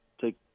take